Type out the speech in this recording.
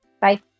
bye